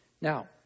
Now